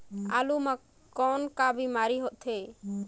आलू म कौन का बीमारी होथे?